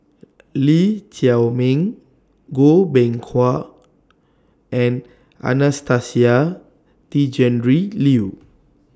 Lee Chiaw Meng Goh Beng Kwan and Anastasia Tjendri Liew